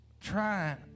trying